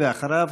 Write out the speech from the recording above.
ואחריו,